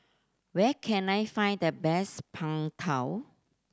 where can I find the best Png Tao